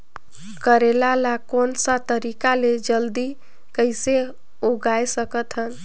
करेला ला कोन सा तरीका ले जल्दी कइसे उगाय सकथन?